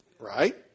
Right